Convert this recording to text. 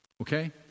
Okay